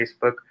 Facebook